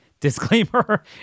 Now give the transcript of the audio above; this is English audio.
Disclaimer